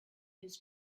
his